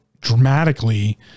dramatically